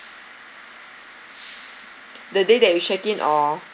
the day that you checked in or